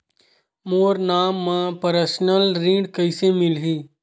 मोर नाम म परसनल ऋण कइसे मिलही?